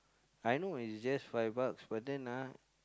I know is just five bucks but then ah